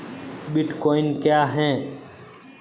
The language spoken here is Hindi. बिटकॉइन क्या है?